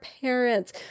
parents